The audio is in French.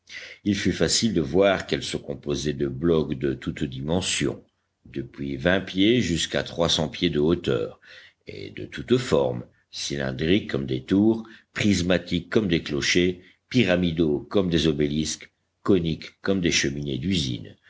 il fut facile de voir qu'elle se composait de blocs de toutes dimensions depuis vingt pieds jusqu'à trois cents pieds de hauteur et de toutes formes cylindriques comme des tours prismatiques comme des clochers pyramidaux comme des obélisques coniques comme des cheminées d'usine